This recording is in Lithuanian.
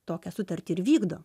tokią sutartį ir vykdo